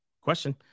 Question